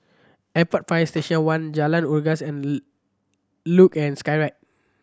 Airport Fire Station One Jalan Unggas and Luge and Skyride